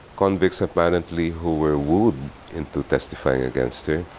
convicts apparently who were wooed into testifying against her,